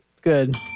good